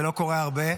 זה לא קורה הרבה,